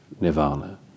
nirvana